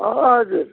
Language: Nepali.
हजुर